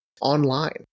online